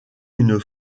une